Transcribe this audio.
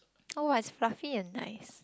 oh it's fluffy and nice